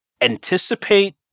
Anticipate